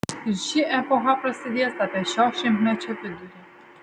ir ši epocha prasidės apie šio šimtmečio vidurį